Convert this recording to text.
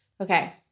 Okay